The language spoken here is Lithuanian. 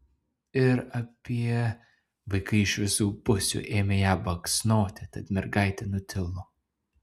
ir apie vaikai iš visų pusių ėmė ją baksnoti tad mergaitė nutilo